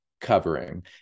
covering